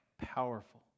powerful